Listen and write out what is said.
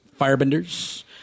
firebenders